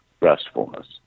restfulness